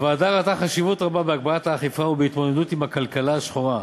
הוועדה ראתה חשיבות רבה בהגברת האכיפה ובהתמודדות עם הכלכלה השחורה.